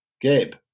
gabe